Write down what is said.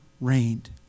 rained